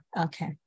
Okay